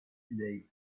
today